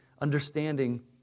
Understanding